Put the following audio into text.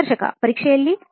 ಸಂದರ್ಶಕ ಪರೀಕ್ಷೆಯಲ್ಲಿ